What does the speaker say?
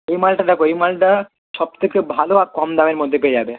এই মালটা দেখো এই মালটা সব থেকে ভালো আর কম দামের মধ্যে পেয়ে যাবে